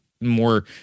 more